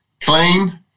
clean